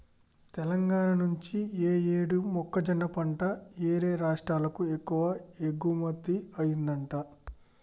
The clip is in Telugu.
తెలంగాణా నుంచి యీ యేడు మొక్కజొన్న పంట యేరే రాష్టాలకు ఎక్కువగా ఎగుమతయ్యిందంట